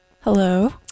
Hello